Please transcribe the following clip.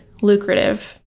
lucrative